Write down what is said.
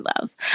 love